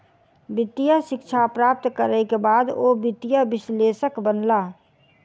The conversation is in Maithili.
वित्तीय शिक्षा प्राप्त करै के बाद ओ वित्तीय विश्लेषक बनला